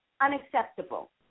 unacceptable